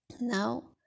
Now